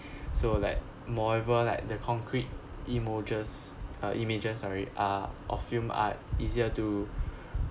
so like moreover like the concrete images uh images sorry are affirm are easier to